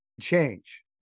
change